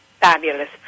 fabulous